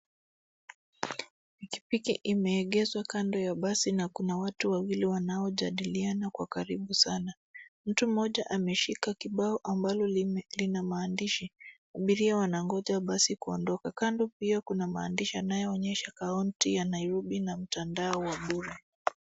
Pikipiki imeegezwa kando ya basi na kuna watu wawili wanaojadiliana kwa karibu sana. Mtu mmoja ameshika kibao ambalo lina maandishi ,abiria wanangoja basi kuondoka. Kando pia kuna maandishi yanayoonyesha kaunti ya Nairobi na mtandao wa bure.